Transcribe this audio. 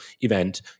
event